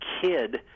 kid